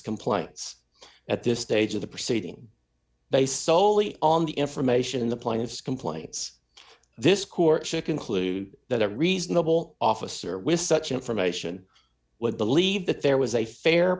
complaints at this stage of the proceeding based solely on the information in the plaintiff's complaints this court d should conclude that a reasonable officer with such information would believe that there was a fair